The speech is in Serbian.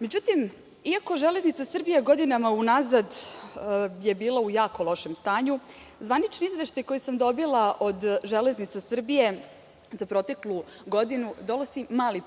Međutim, iako „Železnica Srbije“ godinama u nazad je bila u jako lošem stanju, zvanični izveštaj koji sam dobila od „Železnica Srbije“ za proteklu godinu donosi mali